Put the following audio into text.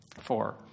four